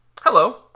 Hello